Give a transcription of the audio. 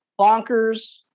bonkers